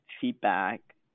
feedback